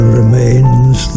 remains